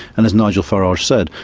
and as nigel farage said,